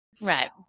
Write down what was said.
Right